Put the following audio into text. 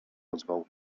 ozwał